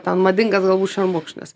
ten madingas galbūt šermukšnis